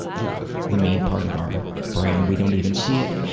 yeah the mean part of our brain, and we don't even see it.